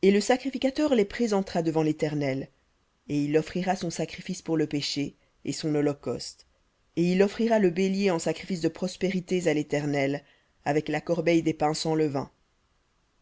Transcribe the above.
et le sacrificateur les présentera devant l'éternel et il offrira son sacrifice pour le péché et son holocauste et il offrira le bélier en sacrifice de prospérités à l'éternel avec la corbeille des pains sans levain